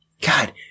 God